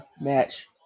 match